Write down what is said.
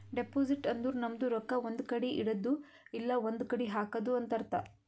deposit ಅಂದುರ್ ನಮ್ದು ರೊಕ್ಕಾ ಒಂದ್ ಕಡಿ ಇಡದ್ದು ಇಲ್ಲಾ ಒಂದ್ ಕಡಿ ಹಾಕದು ಅಂತ್ ಅರ್ಥ